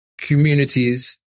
communities